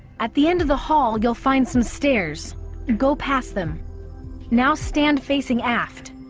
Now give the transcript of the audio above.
at the end of the hall you'll find some stairs go past them now stand facing aft